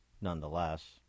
nonetheless